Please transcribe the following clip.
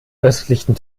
östlichen